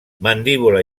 mandíbula